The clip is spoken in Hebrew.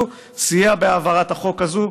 וסייע בהעברת החוק הזה,